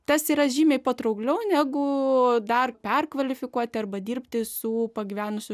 tas yra žymiai patraukliau negu dar perkvalifikuoti arba dirbti su pagyvenusiu